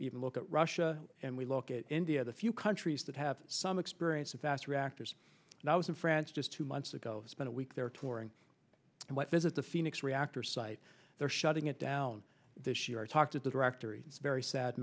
even look at russia and we look at india the few countries that have some experience in fast reactors and i was in france just two months ago spent a week there touring and what visit the phoenix reactor site they're shutting it down this year i talk to the directory it's very sad